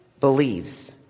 believes